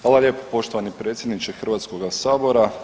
Hvala lijepo poštovani predsjedniče HS-a.